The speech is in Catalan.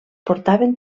portaven